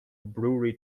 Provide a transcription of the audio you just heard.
brewery